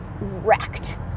wrecked